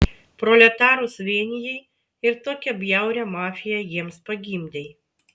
proletarus vienijai ir tokią bjaurią mafiją jiems pagimdei